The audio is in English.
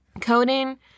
Coding